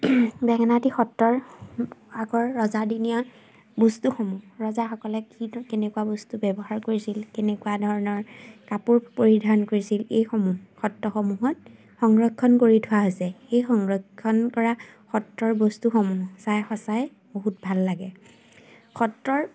বেঙেনা আটী সত্ৰৰ আগৰ ৰজাদিনীয়া বস্তুসমূহ ৰজাসকলে কিনো কেনেকুৱা বস্তু ব্যৱহাৰ কৰিছিল কেনেকুৱা ধৰণৰ কাপোৰ পৰিধান কৰিছিল এইসমূহ সত্ৰসমূহত সংৰক্ষণ কৰি থোৱা হৈছে সেই সংৰক্ষণ কৰা সত্ৰৰ বস্তুসমূহ চাই সঁচাই বহুত ভাল লাগে সত্ৰৰ